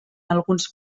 alguns